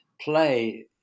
play